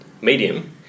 Medium